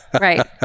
Right